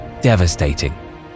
devastating